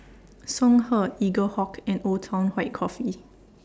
Songhe Eaglehawk and Old Town White Coffee